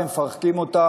ומפרקים אותה